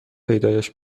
پیدایش